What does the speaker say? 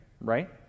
right